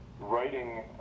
writing